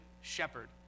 shepherd